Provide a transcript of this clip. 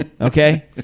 Okay